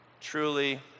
Truly